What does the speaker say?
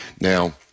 Now